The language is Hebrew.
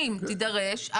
אם תידרש,